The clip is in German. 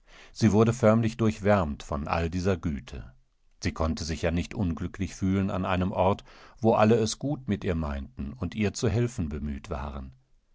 sie wurde förmlich durchwärmt von all dieser güte sie konnte sich ja nicht unglücklich fühlen an einem ort wo alle es gut mit ihr meinten und ihr zu helfen bemüht waren